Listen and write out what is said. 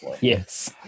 Yes